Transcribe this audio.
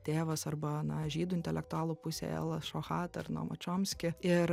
tėvas arba na žydų intelektualų pusėj elašo haterno mačiomski ir